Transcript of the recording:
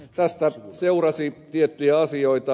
tästä seurasi tiettyjä asioita